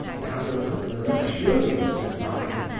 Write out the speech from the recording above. dazzled with the luxuriance of life,